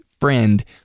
friend